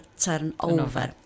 turnover